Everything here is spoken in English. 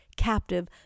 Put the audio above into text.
captive